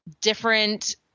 different